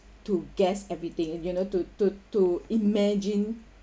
to guess everything and you know to to to imagine